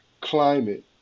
climate